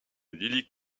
lily